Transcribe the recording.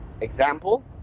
Example